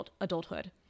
adulthood